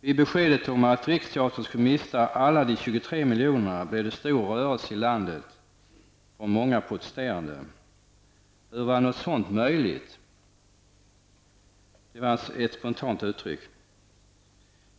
Vid beskedet om att Riksteatern skulle mista alla de 23 miljonerna, blev det stor rörelse i landet från många protesterande. Hur var något sådant möjligt? Det var ett spontant uttryck.